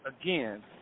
again